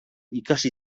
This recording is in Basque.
ikasi